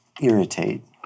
irritate